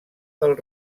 del